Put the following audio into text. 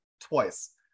twice